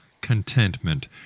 Contentment